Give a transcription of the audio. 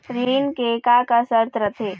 ऋण के का का शर्त रथे?